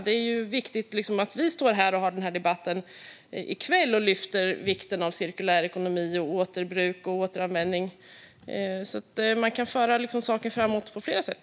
Det är viktigt att vi har denna debatt och lyfter vikten av cirkulär ekonomi, återbruk och återvinning. Man kan föra saker framåt på flera sätt.